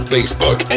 Facebook